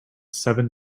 seven